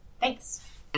Thanks